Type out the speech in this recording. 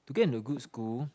to get into a good school